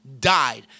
died